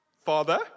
Father